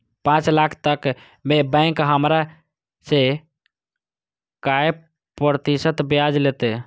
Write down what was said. पाँच लाख तक में बैंक हमरा से काय प्रतिशत ब्याज लेते?